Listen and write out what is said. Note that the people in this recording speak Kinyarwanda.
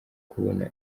kubona